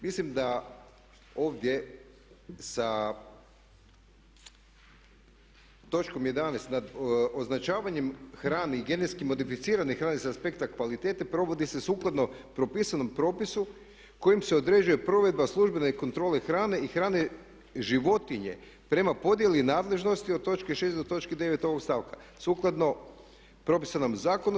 Mislim da ovdje sa točkom 11. nad označavanje hrane i genetski modificirane hrane sa aspekta kvalitete provodi se sukladno propisanom propisu kojim se određuje provedba službene kontrole hrane i hrane životinje prema podjeli nadležnosti od točke 6. do točke 9. ovog stavka sukladno propisanom zakonu.